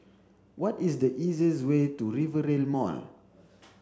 what is the easiest way to Rivervale Mall